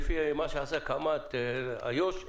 כמה אזורים סטטיסטיים יש לפי מה שקמ"ט איו"ש צייר?